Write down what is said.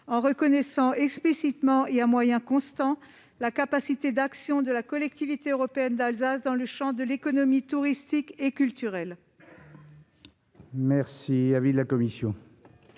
en reconnaissant explicitement, et à moyens constants, la capacité d'action de la Collectivité européenne d'Alsace dans le champ de l'économie touristique et culturelle. Quel est l'avis de la commission